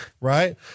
right